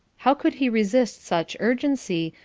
how could he resist such urgency,